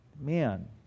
man